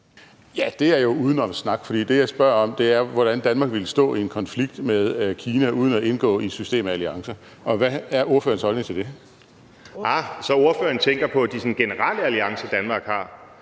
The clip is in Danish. Det er jo udenomssnak, for det, jeg spørger om, er, hvordan Danmark ville stå i en konflikt med Kina uden at indgå i et system af alliancer. Hvad er ordførerens holdning til det? Kl. 14:16 Fjerde næstformand (Trine